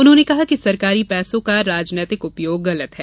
उन्होंने कहा कि सरकारी पैसों का राजनीतिक उपयोग गलत है